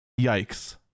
yikes